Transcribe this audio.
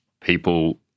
people